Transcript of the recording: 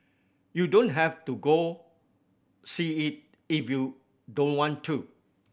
you don't have to go see it if you don't want to